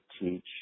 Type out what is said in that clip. teach